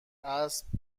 اسب